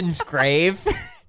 grave